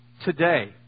today